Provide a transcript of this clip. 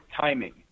timing